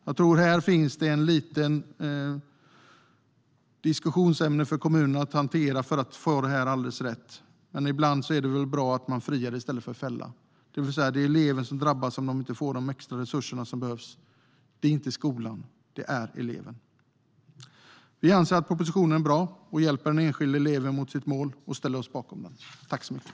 Jag tror att det finns ett litet diskussionsämne för kommunerna att hantera för att få detta alldeles rätt, men ibland är det väl bra att man friar i stället för att fälla. Det är nämligen eleven som drabbas om denne inte får de extra resurser som behövs - inte skolan, utan eleven. Vi anser att propositionen är bra och att den hjälper den enskilda eleven mot sitt mål. Vi ställer oss bakom den.